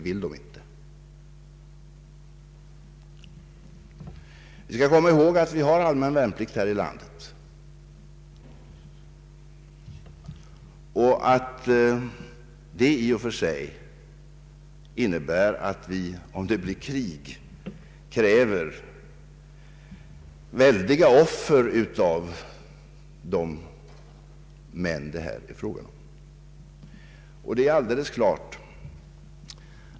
Vi skall komma ihåg att vi har allmän värnplikt här i landet och att detta i och för sig innebär att vi om det blir krig kräver väldiga offer av de män det här är fråga om.